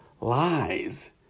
lies